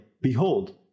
Behold